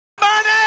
Money